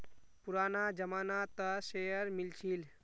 पुराना जमाना त शेयर मिल छील